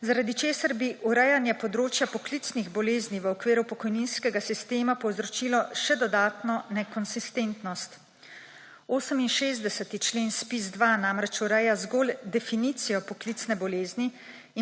zaradi česar bi urejanje področja poklicnih bolezni v okviru pokojninskega sistema povzročilo še dodatno nekonsistentnost. 68. člen ZPIZ-2 namreč ureja zgolj definicijo poklicne bolezni